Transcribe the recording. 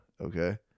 okay